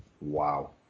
Wow